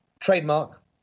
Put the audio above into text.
Trademark